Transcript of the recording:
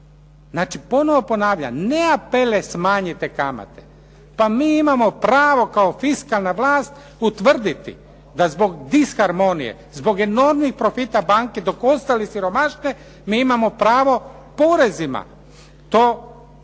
Znači, ponovno ponavljam. Ne apele smanjite kamate. Pa mi imamo pravo kao fiskalna vlast utvrditi da zbog disharmonije, zbog enormnih profita banke dok ostali siromaše mi imamo pravo porezima to